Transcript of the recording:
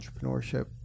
entrepreneurship